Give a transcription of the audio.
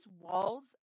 walls